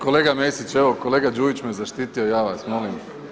Kolega Mesić, evo kolega Đujić me zaštitio ja vas molim.